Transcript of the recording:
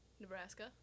Nebraska